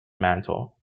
mantle